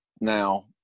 now